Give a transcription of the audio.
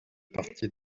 partie